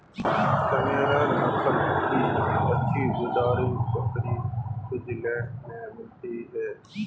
Saanen नस्ल की अच्छी दुधारू बकरी स्विट्जरलैंड में मिलती है